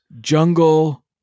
Jungle